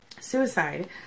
Suicide